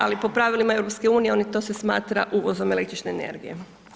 Ali po pravilima EU to se smatra uvozom električne energije.